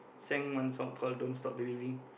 sang one song called don't stop believing